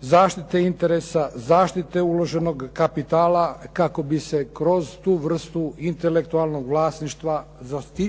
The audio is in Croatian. zaštite interesa, zaštite uloženog kapitala kako bi se kroz tu vrstu intelektualnog vlasništva